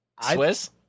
Swiss